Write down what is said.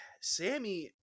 Sammy